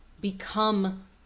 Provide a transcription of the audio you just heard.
become